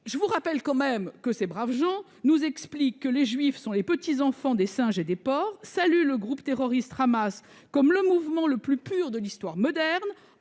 Je vous rappelle tout de même que ces braves gens nous expliquent que les juifs sont les « petits-enfants des singes et des porcs », saluent le groupe terroriste Hamas comme « le mouvement le plus pur de l'histoire moderne